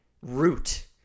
root